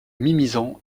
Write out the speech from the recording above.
mimizan